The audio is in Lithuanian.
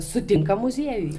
sutinka muziejuj